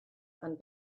and